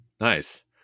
Nice